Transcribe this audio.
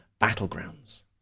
battlegrounds